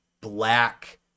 black